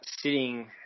sitting